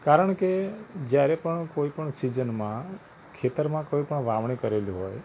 કારણ કે જ્યારે પણ કોઇપણ સીઝનમાં ખેતરમાં કોઇપણ વાવણી કરેલી હોય